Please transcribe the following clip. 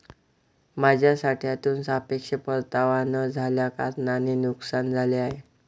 माझ्या साठ्यातून सापेक्ष परतावा न झाल्याकारणाने नुकसान झाले आहे